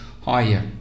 higher